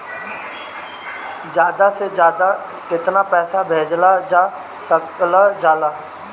ज्यादा से ज्यादा केताना पैसा भेजल जा सकल जाला?